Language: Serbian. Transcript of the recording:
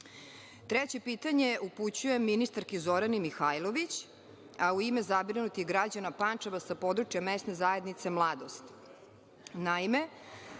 pitanje upućujem ministarki Zorani Mihajlović, a u ime zabrinutih građana Pančeva sa područja Mesne zajednice Mladost. Naime,